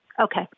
Okay